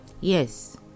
yes